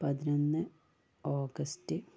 പതിനൊന്ന് ഓഗസ്റ്റ്